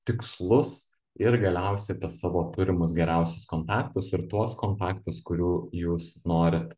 tikslus ir galiausiai apie savo turimus geriausius kontaktus ir tuos kontaktus kurių jūs norit